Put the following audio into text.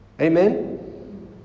Amen